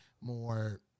more